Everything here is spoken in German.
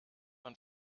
man